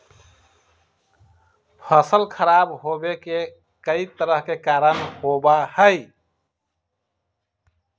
फसल खराब होवे के कई तरह के कारण होबा हई